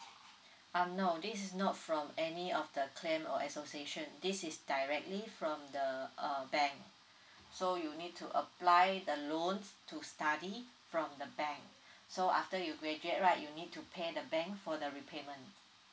um no this is not from any of the clan or association this is directly from the uh bank so you need to apply the loans to study from the bank so after you graduate right you need to pay the bank for the repayment